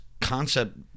concept